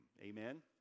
Amen